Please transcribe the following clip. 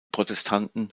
protestanten